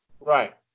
Right